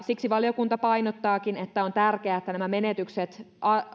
siksi valiokunta painottaakin että on tärkeää että nämä menetykset